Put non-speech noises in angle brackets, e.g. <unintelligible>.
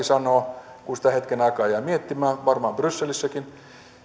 <unintelligible> sanoo kun sitä hetken aikaa jää miettimään varmaan brysselissäkin